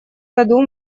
году